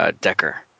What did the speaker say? Decker